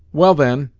well, then,